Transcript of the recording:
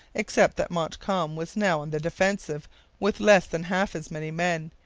except that montcalm was now on the defensive with less than half as many men,